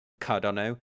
Cardano